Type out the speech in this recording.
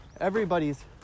everybody's